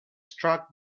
struck